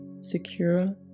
secure